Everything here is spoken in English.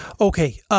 Okay